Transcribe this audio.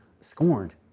scorned